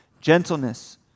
gentleness